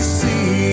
see